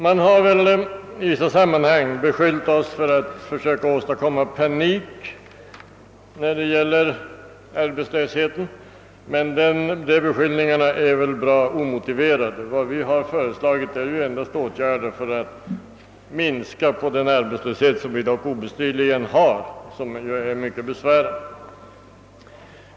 Man har i vissa sammanhang beskyllt oss för att försöka åstadkomma panik i arbetslöshetsfrågan, men dessa beskyllningar är ganska omotiverade. Vad vi föreslagit är ju endast åtgärder för att minska den arbetslöshet som dock obestridligen finns och som är mycket besvärlig.